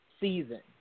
season